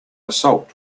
assault